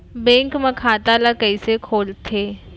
Bank म खाता ल कइसे खोलथे?